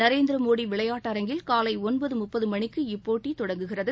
நரேந்திரமோடிவிளையாட்டரங்கில் காலைஒன்பதுமுப்பதுமணிக்கு இப்போட்டிதொடங்குகிறது